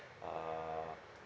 uh